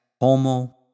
homo